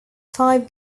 five